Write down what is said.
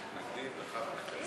הם מתנגדים לכך.